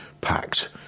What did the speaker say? pact